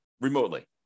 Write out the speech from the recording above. remotely